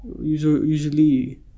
usually